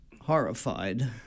horrified